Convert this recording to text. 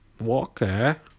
Walker